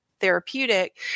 therapeutic